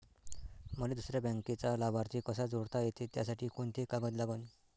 मले दुसऱ्या बँकेचा लाभार्थी कसा जोडता येते, त्यासाठी कोंते कागद लागन?